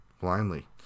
blindly